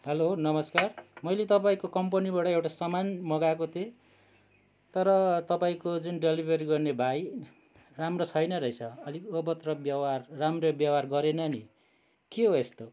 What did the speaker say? hello नमस्कार मैले तपाईँको कम्पनीबाट एउटा सामान मगाएको थिएँ तर तपाईँको जुन डेलिभरी गर्ने भाइ राम्रो छैन रहेछ अलिक अभद्र व्यवहार राम्रो व्यवहार गरेन नि के हो यस्तो